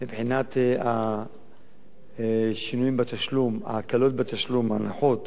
מבחינת השינויים בתשלום, ההקלות בתשלום, ההנחות